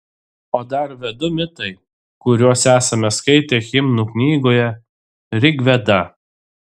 o dar vedų mitai kuriuos esame skaitę himnų knygoje rigveda